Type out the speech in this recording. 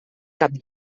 cap